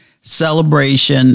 celebration